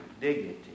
dignity